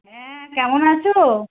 হ্যাঁ কেমন আছো